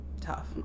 tough